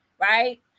right